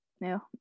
no